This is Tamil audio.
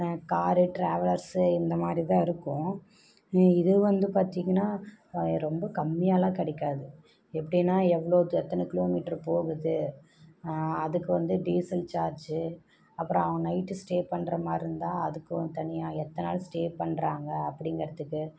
காரு ட்ராவலர்ஸு இந்த மாதிரிதான் இருக்கும் இது வந்து பார்த்திங்கன்னா ரொம்ப கம்மியாகலாம் கிடைக்காது எப்படின்னா எவ்வளோ எத்தனை கிலோமீட்ரு போகுது அதுக்கு வந்து டீசல் சார்ஜு அப்றம் அவன் நைட்டு ஸ்டே பண்ணுற மாதிரி இருந்தால் அதுக்கும் தனியாக எத்தனை நாள் ஸ்டே பண்றாங்க அப்படிங்குறதுக்கு